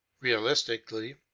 realistically